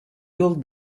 yıl